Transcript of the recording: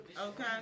Okay